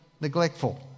neglectful